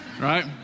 right